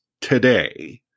today